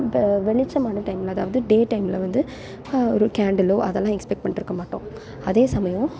இப்போ வெளிச்சமான டைமில் அதாவது டே டைமில் வந்து ஒரு கேண்டிலோ அதெல்லாம் எக்ஸ்பெக்ட் பண்ணிட்டுருக்க மாட்டோம் அதே சமயம்